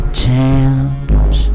chance